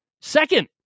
Second